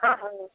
हाँ